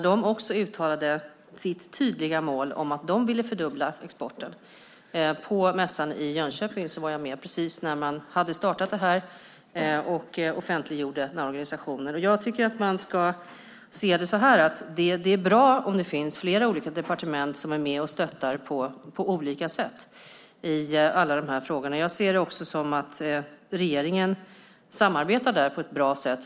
De uttalade då sitt tydliga mål om att de vill fördubbla exporten. Jag var med på mässan i Jönköping, precis när organisationen offentliggjordes. Det är bra om det finns flera olika departement som är med och stöttar på olika sätt i frågorna. Regeringen samarbetar på ett bra sätt.